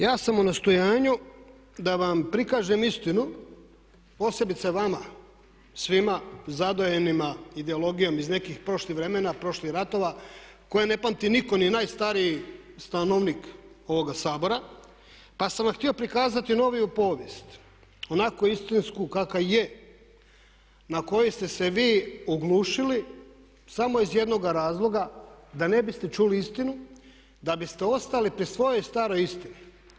Ja sam u nastojanju da vam prikažem istinu posebice vama svima zadojenima ideologijom iz nekih prošlih vremena, prošlih ratova koje ne pamti nitko ni najstariji stanovnik ovoga Sabora, pa sam vam htio prikazati noviju povijest onako istinsku kaka je na koju ste se vi oglušili samo iz jednoga razloga da ne biste čuli istinu, da biste ostali pri svojoj staroj istini.